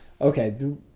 Okay